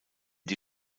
die